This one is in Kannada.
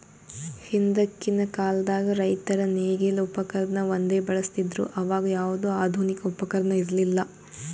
ಹಿಂದಕ್ಕಿನ್ ಕಾಲದಾಗ್ ರೈತರ್ ನೇಗಿಲ್ ಉಪಕರ್ಣ ಒಂದೇ ಬಳಸ್ತಿದ್ರು ಅವಾಗ ಯಾವ್ದು ಆಧುನಿಕ್ ಉಪಕರ್ಣ ಇರ್ಲಿಲ್ಲಾ